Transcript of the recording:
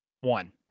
One